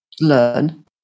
learn